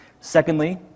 Secondly